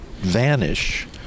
vanish